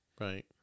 right